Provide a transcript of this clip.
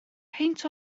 peint